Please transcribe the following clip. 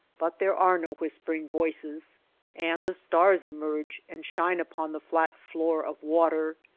but there are no whispering voices and the stars emerge and shine upon the flat floor of water,